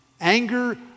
anger